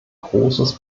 großes